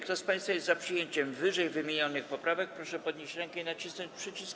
Kto z państwa jest za przyjęciem ww. poprawek, proszę podnieść rękę i nacisnąć przycisk.